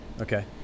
okay